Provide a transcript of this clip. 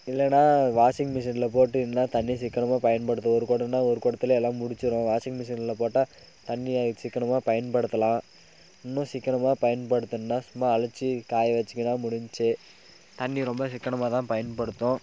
இல்லைன்னா வாஷிங் மிஷினில் போட்டு இல்லைனா தண்ணி சிக்கனமாக பயன்படுத்த ஒரு குடனா ஒரு குடத்திலே எல்லாம் முடிச்சிடும் வாஷிங் மிஷினில் போட்டால் தண்ணியை சிக்கனமாக பயன்படுத்தலாம் இன்னும் சிக்கனமாக பயன்படுத்துன்னால் சும்மா அலசி காய வெச்சுக்கினா முடிஞ்சுச்சி தண்ணி ரொம்ப சிக்கனமாக தான் பயன்படுத்தும்